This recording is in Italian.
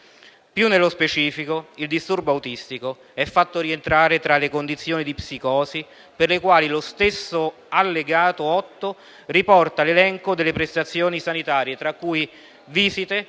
più nello specifico, il disturbo autistico è fatto rientrare fra le condizioni di psicosi per le quali lo stesso allegato 8 riporta l'elenco delle prestazioni sanitarie (tra cui visite